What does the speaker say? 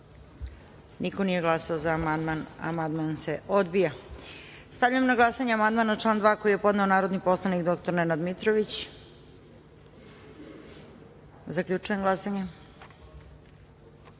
niko nije glasao za amandman. Amandman se odbija. Stavljam na glasanje amandman na član 2. koji je podneo narodni poslanik dr Nenad Mitrović. Zaključujem